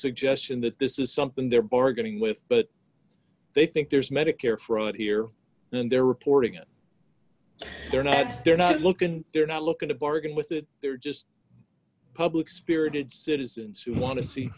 suggestion that this is something they're bargaining with but they think there's medicare fraud here and they're reporting it they're not it's they're not looking they're not looking to bargain with it they're just public spirited citizens who want to see